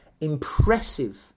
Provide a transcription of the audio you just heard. impressive